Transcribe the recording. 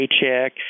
paycheck